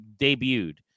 debuted